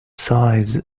size